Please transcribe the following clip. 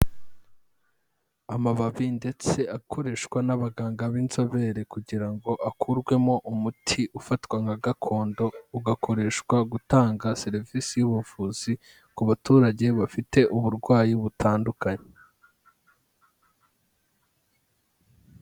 Amababi ndetse akoreshwa n'abaganga b'inzobere, kugira ngo akurwemo umuti ufatwa nka gakondo, ugakoreshwa gutanga serivisi y'ubuvuzi ku baturage bafite uburwayi butandukanye.